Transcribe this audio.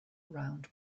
round